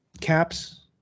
caps